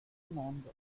mondo